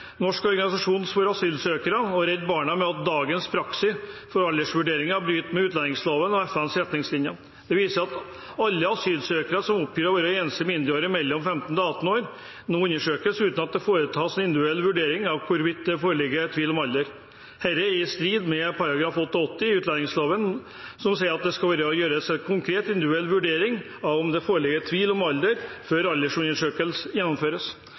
Norsk organisasjon for asylsøkere og Redd Barna med at dagens praksis for aldersvurderinger bryter med utlendingsloven og FNs retningslinjer. Den viser at alle asylsøkere som oppgir å være enslige mindreårige, mellom 15 og 18 år, nå undersøkes uten at det foretas en individuell vurdering av hvorvidt det foreligger tvil om alder. Dette er i strid med § 88 i utlendingsloven, som sier at det skal gjøres en konkret individuell vurdering av om det foreligger tvil om alder før aldersundersøkelse gjennomføres.